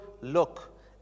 look